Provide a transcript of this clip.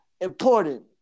important